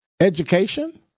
education